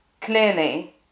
clearly